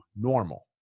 normal